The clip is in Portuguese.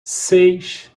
seis